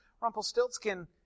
Rumpelstiltskin